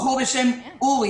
בחור בשם אורי